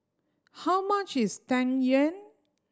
how much is Tang Yuen